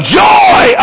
joy